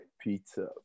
pizza